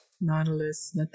Nautilus